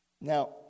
Now